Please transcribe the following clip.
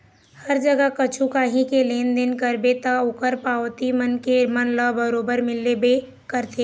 हर जगा कछु काही के लेन देन करबे ता ओखर पावती मनखे मन ल बरोबर मिलबे करथे